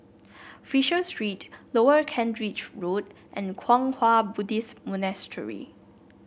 Fisher Street Lower Kent Ridge Road and Kwang Hua Buddhist Monastery